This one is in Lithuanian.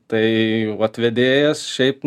tai vat vedėjas šiaip